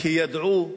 כי ידעו,